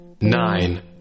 Nine